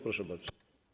Proszę bardzo.